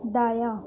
دایاں